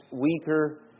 weaker